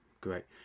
Great